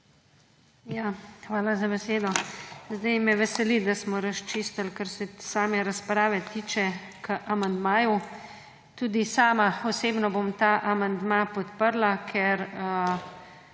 Hvala za besedo. Me veseli, da smo razčistili, kar se same razprave k amandmaju tiče. Tudi sama osebno bom ta amandma podprla, ker